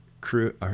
crew